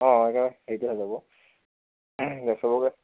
অঁ সেইকাৰণে হেৰিতে হৈ যাব চবকে